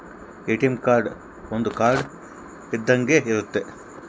ATM card ಒಂದ್ card ಇದ್ದಂಗೆ ಇರುತ್ತೆ